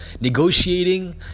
negotiating